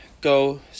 go